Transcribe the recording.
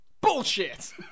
Bullshit